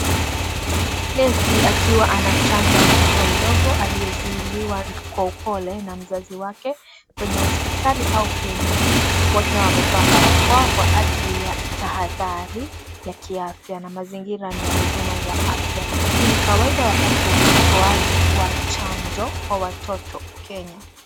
Nesi akiwa anachanja mtoto mdogo aliyezuiliwa kwa upole na mzazi wake, kwenye hospitali au kliniki. Wote wamevaa barakoa kwa ajili ya tahadhari ya kiafya, na mazingira ni ya huduma za afya. Hii ni kawaida wakati wa utoaji wa chanjo wa watoto, Kenya.